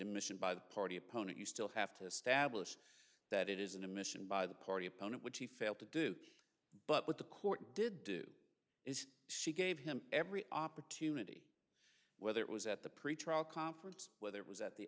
admission by the party opponent you still have to establish that it isn't a mission by the party opponent which he failed to do but what the court did do is she gave him every opportunity whether it was at the pretrial conference whether it was at the